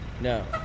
No